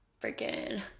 freaking